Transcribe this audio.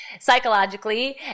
psychologically